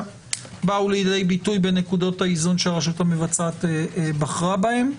באו לידי ביטוי בנקודות האיזון שהרשות המבצעת בחרה בהם.